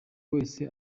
wese